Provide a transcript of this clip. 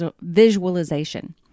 visualization